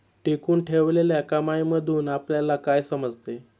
टिकवून ठेवलेल्या कमाईमधून आपल्याला काय समजते?